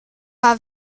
war